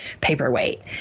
paperweight